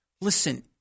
Listen